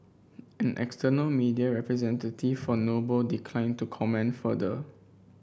an external media representative for Noble declined to comment further